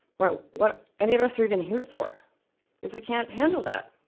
or what any of us are even here for if we can't handle that.